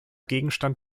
gegenstand